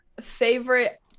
favorite